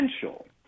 potential